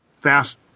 fast